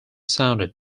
sounded